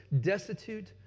destitute